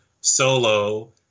solo